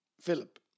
Philip